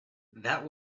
that